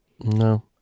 No